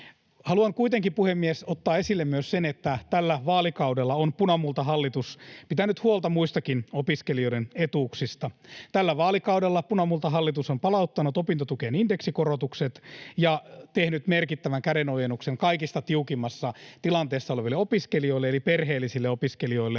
Haluan kuitenkin, puhemies, ottaa esille myös sen, että tällä vaalikaudella on punamultahallitus pitänyt huolta muistakin opiskelijoiden etuuksista. Tällä vaalikaudella punamultahallitus on palauttanut opintotukeen indeksikorotukset ja tehnyt merkittävän kädenojennuksen kaikista tiukimmassa tilanteessa oleville opiskelijoille, eli perheellisille opiskelijoille.